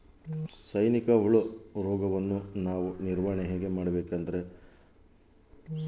ಸೈನಿಕ ಹುಳು ರೋಗವನ್ನು ಯಾವ ರೇತಿ ನಿರ್ವಹಣೆ ಮಾಡಬೇಕ್ರಿ?